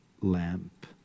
lamp